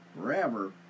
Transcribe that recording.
forever